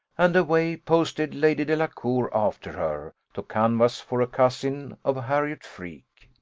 and away posted lady delacour after her, to canvass for a cousin of harriot freke.